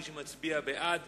מי שמצביע בעד